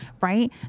right